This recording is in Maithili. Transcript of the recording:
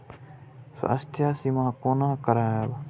स्वास्थ्य सीमा कोना करायब?